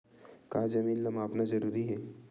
का जमीन ला मापना जरूरी हे?